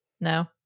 No